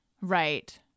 Right